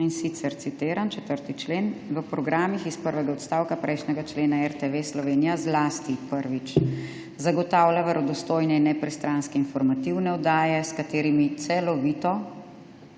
in sicer citiram 4. člen, »/…/ v programih iz prvega odstavka prejšnjega člena RTV Slovenija zlasti, prvič, zagotavlja verodostojne in nepristranske informativne oddaje, s katerimi celovito,«